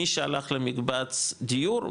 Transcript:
מי שהלך למקבץ דיור,